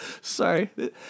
Sorry